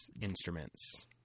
instruments